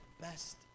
best